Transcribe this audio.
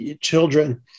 children